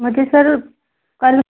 मुझे सर कल